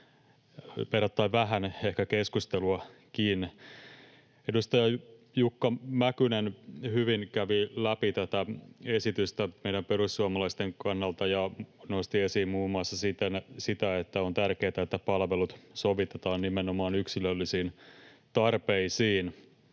verrattain vähän keskustelua. Edustaja Jukka Mäkynen hyvin kävi läpi tätä esitystä meidän perussuomalaisten kannalta ja nosti esiin muun muassa sitä, että on tärkeätä, että palvelut sovitetaan nimenomaan yksilöllisiin tarpeisiin.